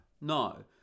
no